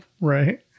Right